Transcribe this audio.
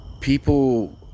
People